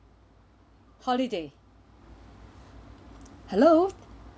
holiday hello